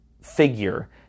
figure